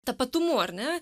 tapatumu ar ne